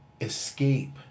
escape